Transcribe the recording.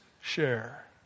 share